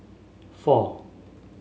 four